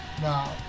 no